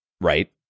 right